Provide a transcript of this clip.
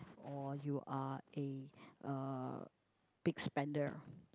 or you are a uh big spender